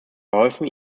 geholfen